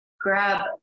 grab